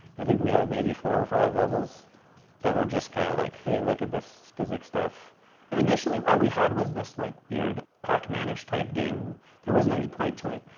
i think we had maybe four or five levels that were just kind of like, hey, look at this physics stuff. edmund initially all we had was this, like, weird pac man-ish type game. there wasn't any point to it.